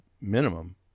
minimum